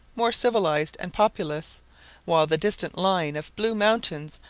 more civilized, and populous while the distant line of blue mountains,